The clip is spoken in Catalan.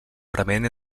prement